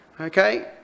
okay